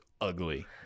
ugly